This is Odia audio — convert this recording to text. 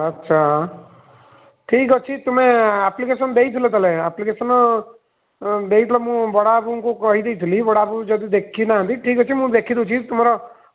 ଆଚ୍ଛା ଠିକ୍ ଅଛି ତୁମେ ଆପ୍ଲିକେଶନ୍ ଦେଇଥିଲ ତାହେଲେ ଆପ୍ଲିକେଶନ୍ ଦେଇଥିଲ ମୁଁ ବଡ଼ ବାବୁଙ୍କୁ କହିଦେଇଥିଲି ବଡ଼ବାବୁ ଯଦି ଦେଖିନାହାନ୍ତି ଠିକ୍ ଅଛି ମୁଁ ଦେଖିଦେଉଛି ତୁମର